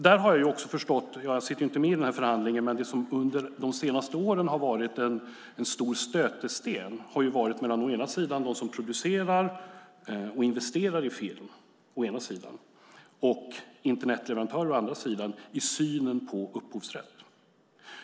Jag sitter inte med i förhandlingen, men jag har förstått att det som har varit en stor stötesten under de senaste åren har gällt synen på upphovsrätt på å ena sidan de som producerar och investerar i film, å andra sidan internetleverantörer. Fru talman!